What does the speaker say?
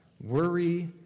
worry